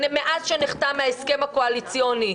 מאז שנחתם ההסכם הקואליציוני,